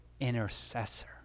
intercessor